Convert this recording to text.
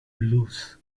lose